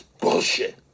bullshit